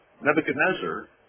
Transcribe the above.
Nebuchadnezzar